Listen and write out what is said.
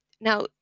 Now